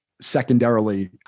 secondarily